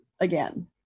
again